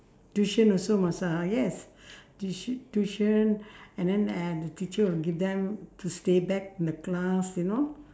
tuition also must ah yes tui~ tuition and then and the teacher will give them to stay back in the class you know